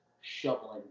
shoveling